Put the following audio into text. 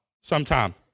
sometime